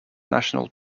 national